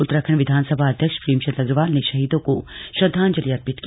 उत्तराखंड विधानसभा अध्यक्ष प्रेमचंद अग्रवाल ने शहीदों को श्रद्धांजलि अर्पित की